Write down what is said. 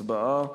הצבעה,